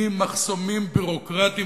ממחסומים ביורוקרטיים,